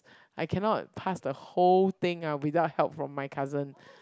I cannot pass the whole thing ah without help from my cousin